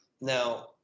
Now